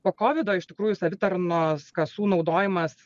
po kovido iš tikrųjų savitarnos kasų naudojimas